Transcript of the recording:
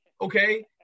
Okay